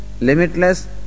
limitless